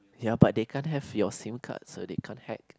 ya but they can't have your seal card so they can't hack